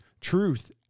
truth